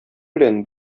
белән